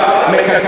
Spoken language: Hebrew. גרעיני,